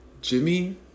Jimmy